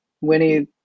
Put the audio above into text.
Winnie